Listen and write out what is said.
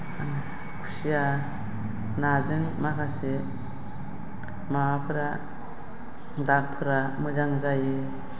आं खुसिया नाजों माखासे माबाफोरा दागफोरा मोजां जायो